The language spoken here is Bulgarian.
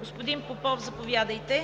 Господин Попов, заповядайте